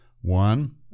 One